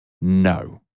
No